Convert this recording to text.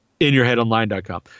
inyourheadonline.com